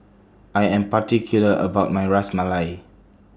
I Am particular about My Ras Malai